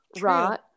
right